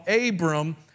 Abram